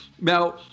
Now